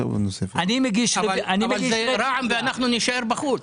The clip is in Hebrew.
אבל זה רע"מ ואנחנו נישאר בחוץ.